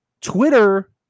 Twitter